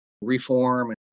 reform